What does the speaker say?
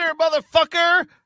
motherfucker